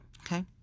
Okay